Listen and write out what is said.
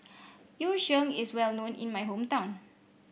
Yu Sheng is well known in my hometown